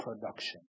production